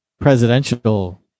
presidential